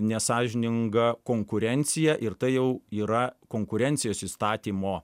nesąžininga konkurencija ir tai jau yra konkurencijos įstatymo